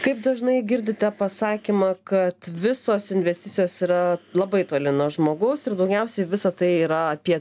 kaip dažnai girdite pasakymą kad visos investicijos yra labai toli nuo žmogaus ir daugiausiai visa tai yra apie